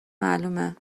معلومه